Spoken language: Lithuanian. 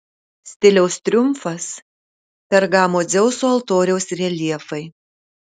stiliaus triumfas pergamo dzeuso altoriaus reljefai